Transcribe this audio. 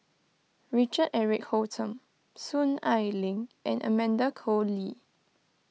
Richard Eric Holttum Soon Ai Ling and Amanda Koe Lee